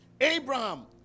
Abraham